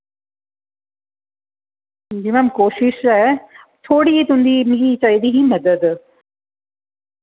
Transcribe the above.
जी ma'am कोशिश ऐ थोह्ड़ी तुंदी मिगी चाहिदी ही मदद